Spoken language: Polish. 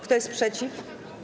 Kto jest przeciw?